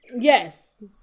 Yes